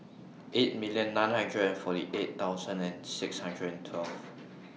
eight million nine hundred and forty eight thousand and six hundred and twelve